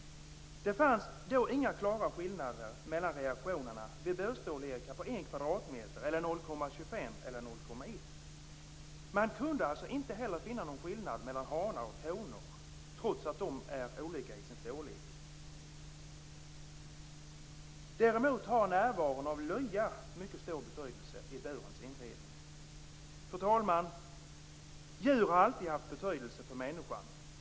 Han fann då inga klara skillnader mellan reaktionerna vid burstorlekar på 1 kvadratmeter. Man kunde inte heller finna någon skillnad i reaktionerna mellan hanar och honor, trots att de är olika i storlek. Däremot har närvaron av lya i burens inredning mycket stor betydelse. Fru talman! Djur har alltid haft betydelse för människan.